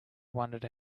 wondered